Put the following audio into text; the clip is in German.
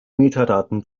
metadaten